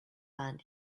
land